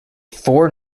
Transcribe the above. four